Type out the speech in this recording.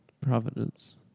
Providence